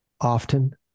often